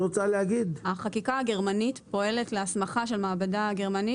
החקיקה הגרמנית פועלת להסמכה של מעבדה גרמנית